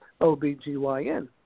OBGYN